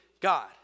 God